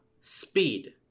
speed